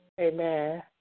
Amen